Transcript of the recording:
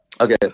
Okay